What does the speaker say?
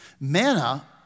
Manna